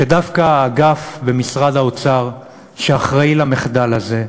שדווקא האגף במשרד האוצר שאחראי למחדל הזה,